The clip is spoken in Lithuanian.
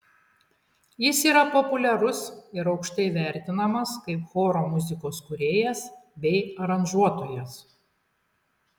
jis yra populiarus ir aukštai vertinamas kaip choro muzikos kūrėjas bei aranžuotojas